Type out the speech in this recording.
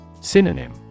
Synonym